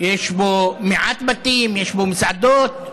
יש בו מעט בתים, יש בו מסעדות.